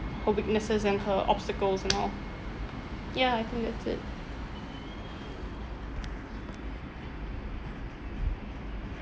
her weaknesses and her obstacles and all ya I think that's it